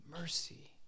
mercy